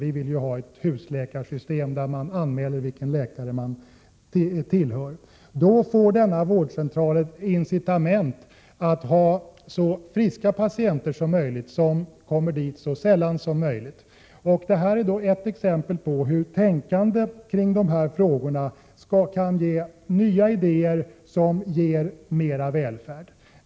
Vi vill ha ett husläkarsystem där man anmäler vilken läkare man tillhör. Då får denna vårdcentral ett incitament att ha så friska patienter som möjligt som kommer dit så sällan som möjligt. Detta är ett exempel på hur tänkandet kring de här frågorna kan föda nya idéer som ger mer välfärd.